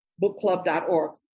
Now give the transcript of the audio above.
Bookclub.org